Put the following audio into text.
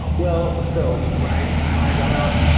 well, so when i when i got out.